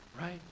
Right